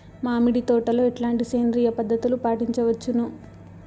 మామిడి తోటలో ఎట్లాంటి సేంద్రియ పద్ధతులు పాటించవచ్చును వచ్చును?